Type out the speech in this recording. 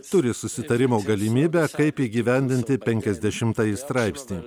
turi susitarimo galimybę kaip įgyvendinti penkiasdešimtąjį straipsnį